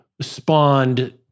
spawned